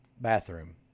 bathroom